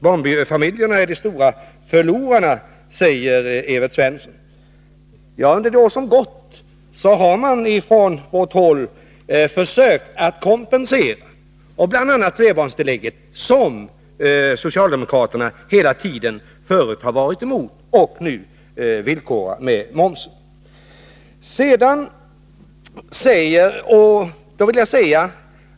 Barnfamiljerna är de stora förlorarna, säger Evert Svensson. Under det år som gått har vi försökt förbättra flerbarnsfamiljernas situation med flerbarnstillägget, som socialdemokraterna hela tiden förut har varit emot och nu villkorar med momsen.